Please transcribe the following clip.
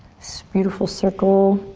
beautiful circle.